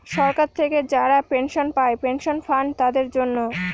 সরকার থেকে যারা পেনশন পায় পেনশন ফান্ড তাদের জন্য